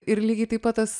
ir lygiai taip pat tas